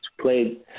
played